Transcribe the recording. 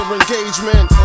engagement